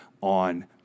on